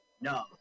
No